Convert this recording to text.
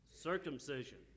circumcision